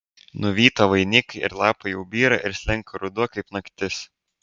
nuvyto vainikai ir lapai jau byra ir slenka ruduo kaip naktis